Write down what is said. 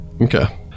Okay